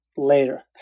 later